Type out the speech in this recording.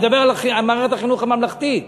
אני מדבר על מערכת החינוך הממלכתית.